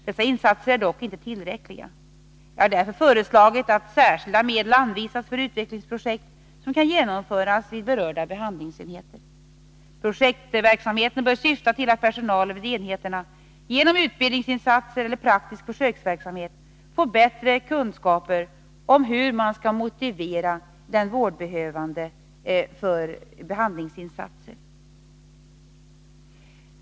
Dessa insatser är dock inte tillräckliga. Jag har därför föreslagit att särskilda medel anvisas för utvecklingsprojekt, som kan genomföras vid berörda behandlingsenheter. Projektverksamheten bör syfta till att personalen vid enheterna genom utbildningsinsatser eller praktisk försöksverksamhet får bättre kunskaper om hur man skall motivera den vårdbehövande för behandlingsinsatser.